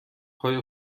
های